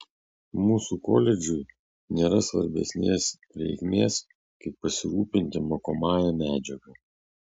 mūsų koledžui nėra svarbesnės reikmės kaip pasirūpinti mokomąja medžiaga